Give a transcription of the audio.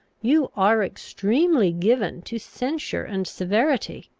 you are extremely given to censure and severity.